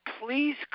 Please